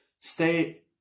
stay